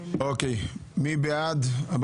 מי בעד אישור